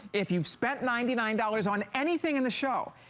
if you spend ninety nine dollars on anything and the show,